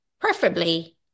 preferably